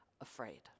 afraid